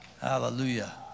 Hallelujah